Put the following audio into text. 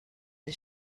the